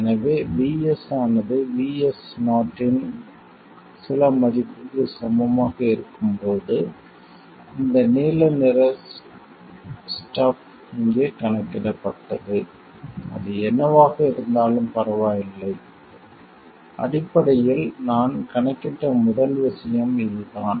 எனவே VS ஆனது VS0 இன் சில மதிப்புக்கு சமமாக இருக்கும் போது இந்த நீல நிற ஸ்டப் இங்கே கணக்கிடப்பட்டது அது என்னவாக இருந்தாலும் பரவாயில்லை அடிப்படையில் நான் கணக்கிட்ட முதல் விஷயம் இதுதான்